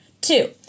two